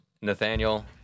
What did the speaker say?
Nathaniel